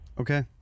Okay